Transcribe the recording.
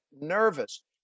nervous